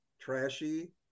trashy